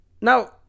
Now